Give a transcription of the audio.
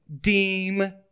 deem